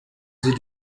sie